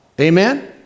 Amen